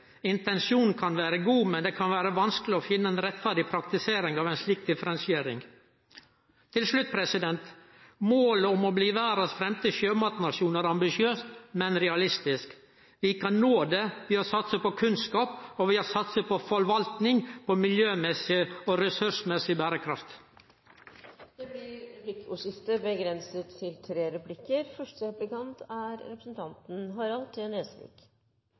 Intensjonen kan vere god, men det kan vere vanskeleg å finne ei rettferdig praktisering av ei slik differensiering. Til slutt: Målet om å bli verdas fremste sjømatnasjon er ambisiøst, men realistisk. Vi kan nå det ved å satse på kunnskap og forvalting – for miljømessig og ressursmessig berekraft. Det blir replikkordskifte. Mitt spørsmål er knyttet til akvakulturloven. Fremskrittspartiet mener at det er